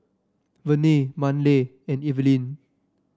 Verne Manley and Evelin